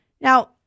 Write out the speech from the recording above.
now